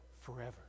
forever